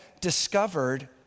discovered